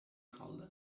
kaldı